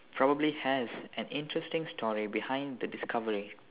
probably has an interesting story behind the discovery